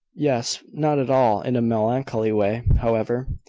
yes not at all in a melancholy way, however.